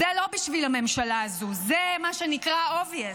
זה לא בשביל הממשלה הזו, זה מה שנקרא obvious.